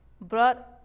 brought